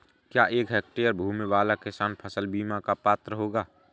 क्या एक हेक्टेयर भूमि वाला किसान फसल बीमा का पात्र होगा?